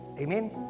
Amen